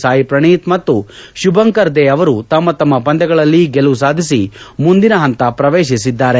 ಸಾಯಿ ಪ್ರಣೀತ್ ಮತ್ತು ಶುಭಂಕರ್ ದೆ ಅವರು ತಮ್ಮ ತಮ್ಮ ಪಂದ್ಯಗಳಲ್ಲಿ ಗೆಲುವು ಸಾಧಿಸಿ ಮುಂದಿನ ಹಂತ ಪ್ರವೇಶಿಸಿದ್ದಾರೆ